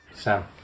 Sam